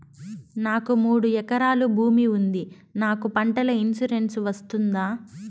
నాకు మూడు ఎకరాలు భూమి ఉంది నాకు పంటల ఇన్సూరెన్సు వస్తుందా?